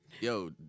yo